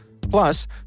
Plus